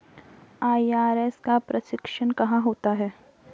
IRS का प्रशिक्षण कहाँ होता है?